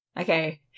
Okay